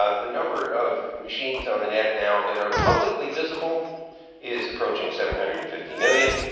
ah the number of machines on the net now that are publicly visible is approaching seven hundred and fifty million.